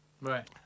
Right